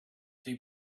they